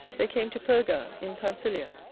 they came to perga in pamphylia